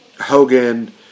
Hogan